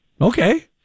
Okay